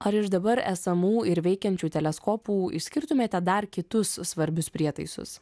ar iš dabar esamų ir veikiančių teleskopų išskirtumėte dar kitus svarbius prietaisus